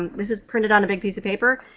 this is printed on a big piece of paper,